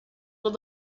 with